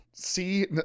See